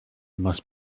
must